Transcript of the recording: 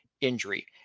injury